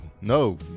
No